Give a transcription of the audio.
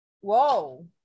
whoa